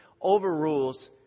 overrules